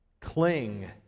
Cling